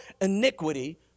iniquity